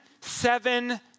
seven